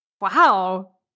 Wow